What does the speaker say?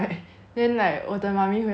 then like 我的 mummy 回来 then